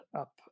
up